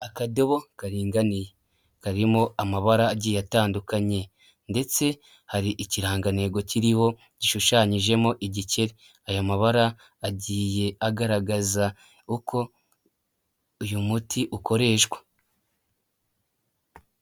Akadobo karinganiye, karimo amabara agiye atandukanye, ndetse hari ikirangantego kiriho gishushanyijemo igikeri, aya mabara agiye agaragaza uko uyu muti ukoreshwa.